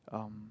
um